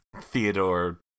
Theodore